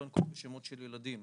לא אנקוב בשמות של ילדים.